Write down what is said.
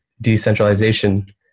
decentralization